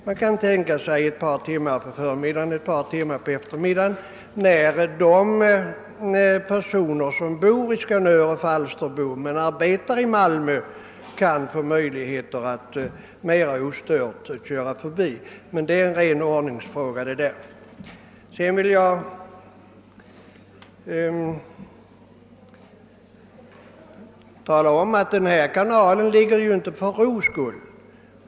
Man kan tänka sig att de personer som bor i Skanör och Falsterbo men arbetar i Malmö kan få ett par timmar på förmiddagen och ett par timmar på eftermiddagen då de kan köra mera ostört. Men det är en ren ordningsfråga. Vidare vill jag framhålla att kanalen ligger ju inte där för ro skull.